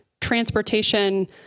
transportation